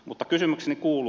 mutta kysymykseni kuuluu